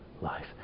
life